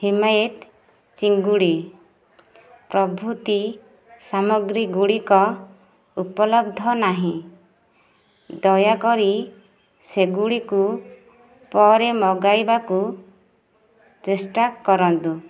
ହିମାୟିତ ଚିଙ୍ଗୁଡ଼ି ପ୍ରଭୃତି ସାମଗ୍ରୀଗୁଡିକ ଉପଲବ୍ଧ ନାହିଁ ଦୟାକରି ସେଗୁଡ଼ିକୁ ପରେ ମଗାଇବାକୁ ଚେଷ୍ଟା କରନ୍ତୁ